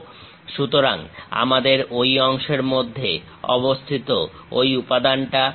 সুতরাং আমাদের ঐ অংশের মধ্যে অবস্থিত ঐ উপাদানটা আছে